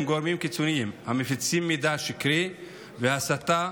גורמים קיצוניים המפיצים מידע שקרי והסתה,